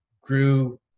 grew